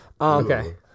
Okay